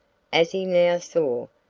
as he now saw,